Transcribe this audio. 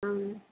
ஆம்